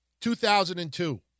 2002